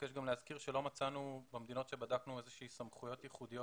נבקש גם להזכיר שלא מצאנו במדינות שבדקנו איזה שהן סמכויות ייחודיות